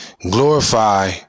Glorify